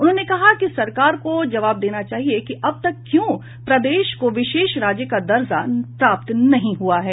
उन्होंने कहा कि सरकार को जवाब देना चाहिए कि अब तक क्यों प्रदेश को विशेष राज्य का दर्जा प्राप्त नहीं हुआ है